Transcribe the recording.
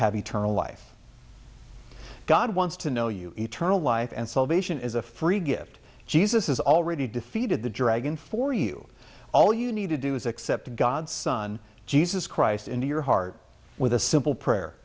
have eternal life god wants to know you eternal life and salvation is a free gift jesus has already defeated the dragon for you all you need to do is accept god's son jesus christ into your heart with a simple prayer